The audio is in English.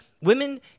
Women